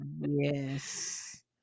Yes